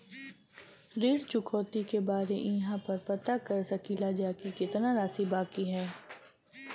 ऋण चुकौती के बारे इहाँ पर पता कर सकीला जा कि कितना राशि बाकी हैं?